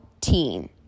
teen